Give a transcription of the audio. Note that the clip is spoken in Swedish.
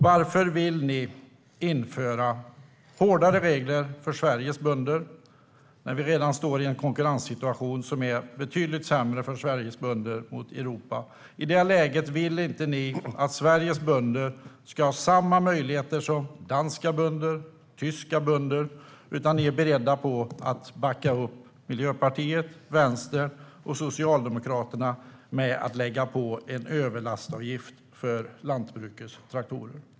Varför vill ni införa hårdare regler för Sveriges bönder när vi redan står i en konkurrenssituation som är betydligt sämre för Sveriges bönder jämfört med Europas? I det läget vill inte ni att Sveriges bönder ska ha samma möjligheter som danska och tyska bönder, utan ni är beredda att backa upp Miljöpartiet, Vänstern och Socialdemokraterna i att lägga på en överlastavgift för lantbrukets traktorer.